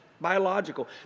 biological